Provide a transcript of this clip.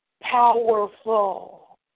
powerful